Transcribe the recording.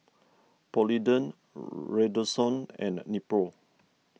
Polident Redoxon and Nepro